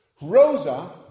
Rosa